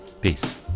Peace